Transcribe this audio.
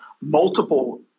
multiple